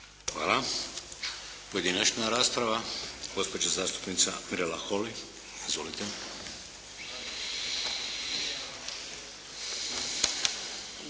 Hvala. Pojedinačna rasprava. Gospođa zastupnica Mirela Holy. Izvolite.